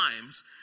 times